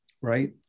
right